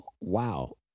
wow